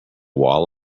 wall